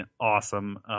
awesome